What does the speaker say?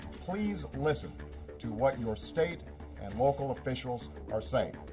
please listen to what your state and local officials are saying.